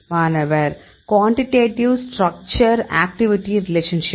மாணவர் quantitative structure activity relationship